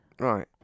Right